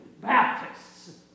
Baptists